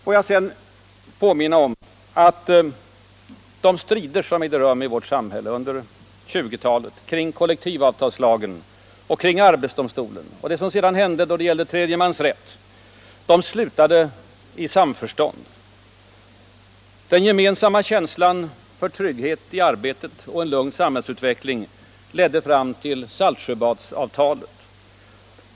Låt mig sedan påminna om att de strider som ägde rum i vårt samhälle under 1920-talet kring kollektivavtalslagen och kring arbetsdomstolen och senare, då det gällde tredje mans rätt, slutade i samförstånd. Den gemensamma känslan för trygghet i arbetet och en lugn samhällsutveckling ledde fram till Saltsjöbadsavtalet.